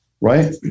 right